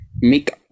make